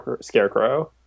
Scarecrow